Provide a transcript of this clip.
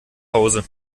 hause